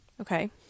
Okay